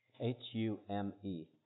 H-U-M-E